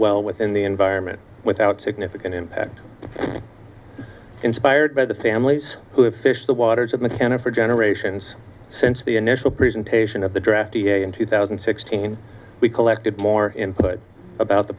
well within the environment without significant impact inspired by the families who have fished the waters of mckenna for generations since the initial presentation of the draftee in two thousand and sixteen we collected more input about the